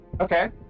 Okay